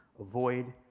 Avoid